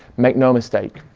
make no mistake,